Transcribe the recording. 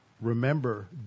Remember